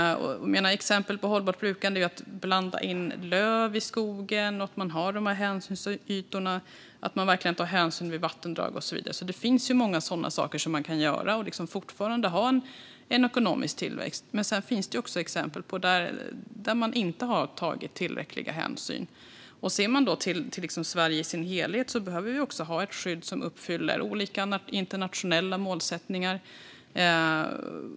Exempel på hållbart brukande är att blanda in lövträd i skogen, att ha hänsynsytor, att verkligen ta hänsyn vid vattendrag och så vidare. Det finns många sådana saker man kan göra och fortfarande ha ekonomisk tillväxt. Men det finns också exempel på att man inte har tagit tillräcklig hänsyn. Ska vi se till Sverige i sin helhet behöver vi ha ett skydd som uppfyller olika internationella målsättningar.